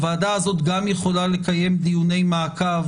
הוועדה הזאת גם יכולה לקיים דיוני מעקב